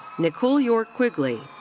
nicole york quigley.